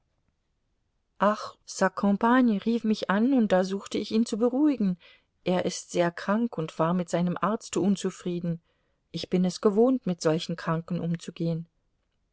compagne rief mich an und da suchte ich ihn zu beruhigen er ist sehr krank und war mit seinem arzte unzufrieden ich bin es gewohnt mit solchen kranken umzugehen